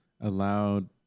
allowed